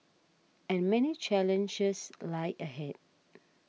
and many challenges lie ahead